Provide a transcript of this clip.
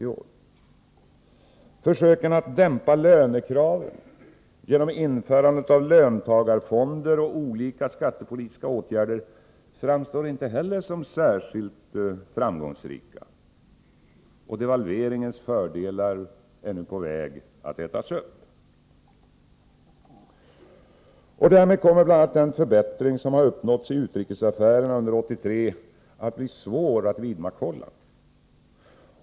Oo Försöken att dämpa lönekraven genom införandet av löntagarfonder och olika skattepolitiska åtgärder framstår inte heller som särskilt framgångsrika. Devalveringens fördelar är nu på väg att ätas upp. Därmed kommer bl.a. den förbättring som har uppnåtts i utrikesaffärerna under 1983 att bli svår att vidmakthålla.